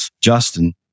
Justin